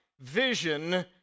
vision